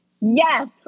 Yes